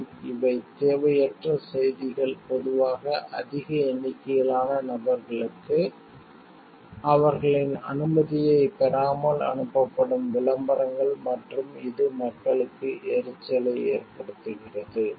spam இவை தேவையற்ற செய்திகள் பொதுவாக அதிக எண்ணிக்கையிலான நபர்களுக்கு அவர்களின் அனுமதியைப் பெறாமல் அனுப்பப்படும் விளம்பரங்கள் மற்றும் இது மக்களுக்கு எரிச்சலை ஏற்படுத்துகிறது